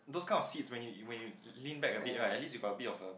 those kind of seats when you when you lean back abit right at least you get abit of